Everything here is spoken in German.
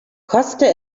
koste